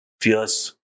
fierce